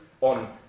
on